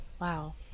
Wow